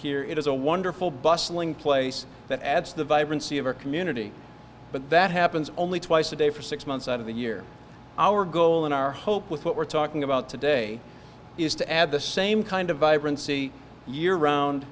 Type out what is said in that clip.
it is a wonderful bustling place that adds to the vibrancy of our community but that happens only twice a day for six months out of the year our goal in our hope with what we're talking about today is to add the same kind of vibrancy year round